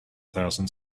thousand